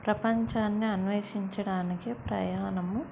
ప్రపంచాన్ని అన్వేషించడానికి ప్రయాణము